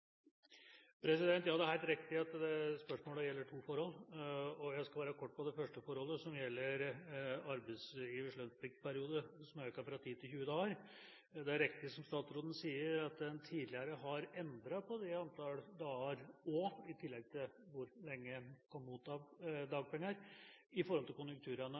Ja, det er helt riktig at dette spørsmålet gjelder to forhold. Jeg skal være kort på det første forholdet som gjelder arbeidsgivers lønnspliktperiode, som har økt fra 10 til 20 dager. Det er riktig, som statsråden sier, at en tidligere har endret på antallet dager og på hvor lenge en kan motta dagpenger i forhold til konjunkturene.